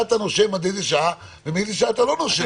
אתה נושם עד איזה שם ומאיזה שעה אתה לא נושם.